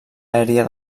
aèria